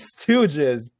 Stooges